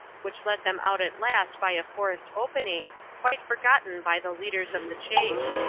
which let them out at last by a forest opening quite forgotten by the leaders of the chase.